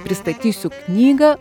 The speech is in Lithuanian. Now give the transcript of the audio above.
pristatysiu knygą